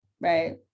Right